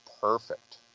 perfect